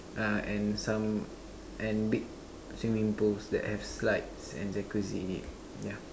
uh and some and big swimming pools that have slides and Jacuzzi in it yeah